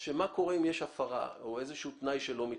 של מה קורה אם יש הפרה או איזשהו תנאי שלא מתקיים.